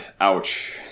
ouch